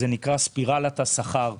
זה נקרא "ספירלת השכר".